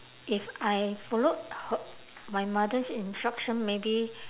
if I followed her my mother's instruction maybe